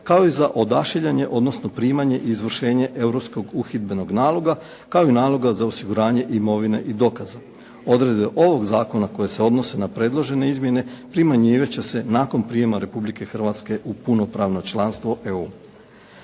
kao i za odašiljanje, odnosno primanje izvršenje europskog uhidbenog naloga kao i naloga za osiguranje imovine i dokaza. Odredbe ovog zakona koje se odnose na predložene izmjene primjenjivati će se nakon prijema Republike Hrvatske u punopravno članstvo EU.